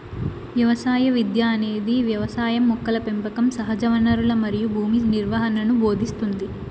వ్యవసాయ విద్య అనేది వ్యవసాయం మొక్కల పెంపకం సహజవనరులు మరియు భూమి నిర్వహణను భోదింస్తుంది